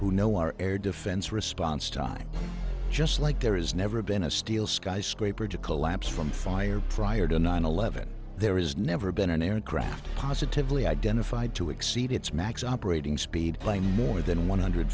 who know our air defense response time just like there is never been a steel skyscraper to collapse from fire prior to nine eleven there is never been an aircraft positively identified to exceed its max operating speed plane more than one hundred